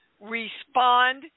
respond